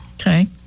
Okay